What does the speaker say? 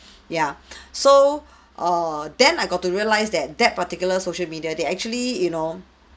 yeah so err then I got to realise that that particular social media they actually you know